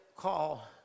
call